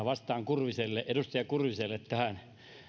vastaan edustaja kurviselle tähän